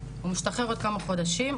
הוא משתחרר עוד כמה חודשים,